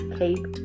cape